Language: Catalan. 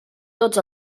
tots